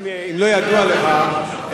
אם לא ידוע לך,